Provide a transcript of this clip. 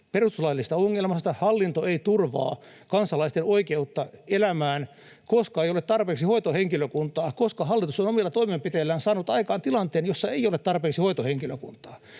perustuslaillisesta ongelmasta: hallinto ei turvaa kansalaisten oikeutta elämään, koska ei ole tarpeeksi hoitohenkilökuntaa, koska hallitus on omilla toimenpiteillään saanut aikaan tilanteen, jossa ei ole tarpeeksi hoitohenkilökuntaa.